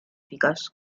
eficaz